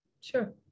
Sure